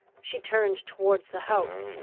she turned towards the house.